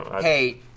Hey